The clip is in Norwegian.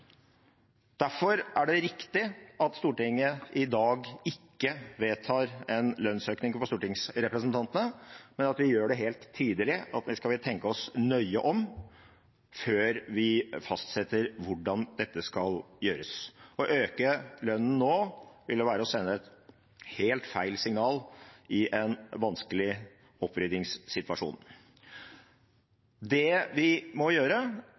Derfor er det riktig at Stortinget i dag ikke vedtar en lønnsøkning for stortingsrepresentantene, men at vi gjør det helt tydelig at vi skal tenke oss nøye om før vi fastsetter hvordan dette skal gjøres. Å øke lønnen nå ville være å sende helt feil signal i en vanskelig oppryddingssituasjon. Det vi må gjøre,